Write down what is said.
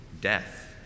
death